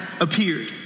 appeared